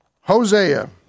Hosea